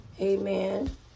Amen